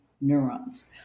neurons